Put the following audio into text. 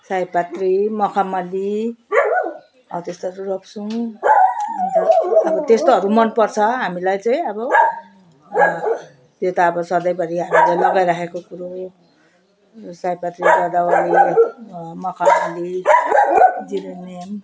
सयपत्री मखमली हो त्यस्तोहरू रोप्छौँ अन्त त्यस्तोहरू मनपर्छ हामीलाई चाहिँ अब त्यो त अब सधैँभरि हामीले लगाइरहेको कुरो हो सयपत्री गदावरी मखमली जेरेनियम